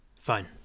Fine